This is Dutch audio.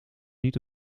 niet